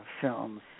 films